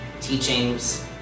teachings